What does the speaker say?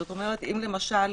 כלומר אם למשל,